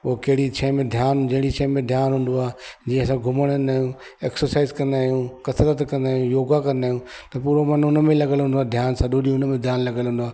उहो कहिड़ी शइ में ध्यानु जहिड़ी शइ में ध्यानु हूंदो आहे जीअं असां घुमणु वेंदा आहियूं एक्सरसाइज कंदा आहियूं कसरत कंदा आहियूं योगा कंदा आहियूं त पूरो मन उन में लॻंदो आहे ध्यानु सॼो डींहुं उन में ध्यानु लॻल हूंदो आहे